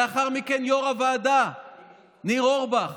לאחר מכן יו"ר הוועדה ניר אורבך.